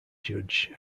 judge